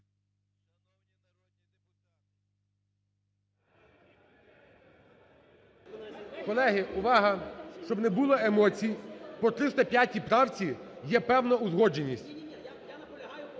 Колеги, увага! Щоб не було емоцій, по 305 правці є певна узгодженість.